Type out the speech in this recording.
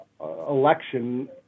election